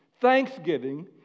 thanksgiving